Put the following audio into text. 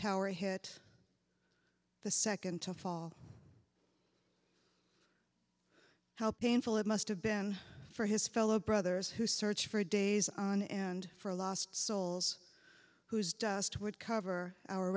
tower hit the second to fall help painful it must have been for his fellow brothers who search for days on end for lost souls whose just would cover our